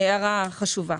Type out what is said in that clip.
הערה חשובה.